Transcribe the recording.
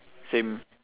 same